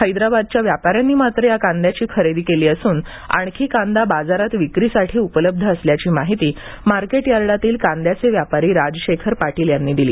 हैदराबादच्या व्यापाऱ्यांनी मात्र या कांद्याची खरेदी केली असून आणखी कांदा बाजारात विक्रीसाठी उपलब्ध असल्याची माहिती मार्केट यार्डातील कांद्याचे व्यापारी राजशेखर पाटील यांनी दिली